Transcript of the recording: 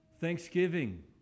Thanksgiving